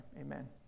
Amen